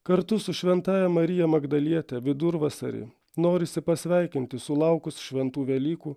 kartu su šventąja marija magdaliete vidurvasarį norisi pasveikinti sulaukus šventų velykų